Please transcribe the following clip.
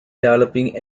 developing